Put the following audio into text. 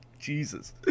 jesus